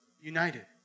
united